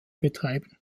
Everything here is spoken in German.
betreiben